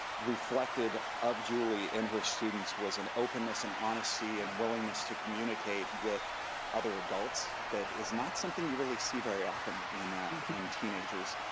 reflected of julie in her students was an openness and honesty and willingness to communicate with other adults. that is not something you really see very often in in teenagers.